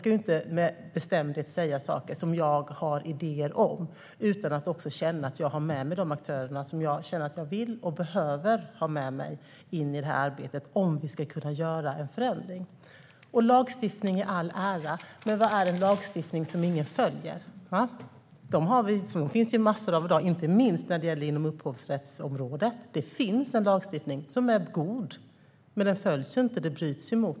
Jag ska inte med bestämdhet säga saker som jag har idéer om utan att jag också känner att jag har med mig de aktörer som jag vill och behöver ha med mig in i arbetet om vi ska kunna göra en förändring. Lagstiftning i all ära, men vad är en lagstiftning som ingen följer? Inte minst inom upphovsrättsområdet finns en god lagstiftning, men den följs inte.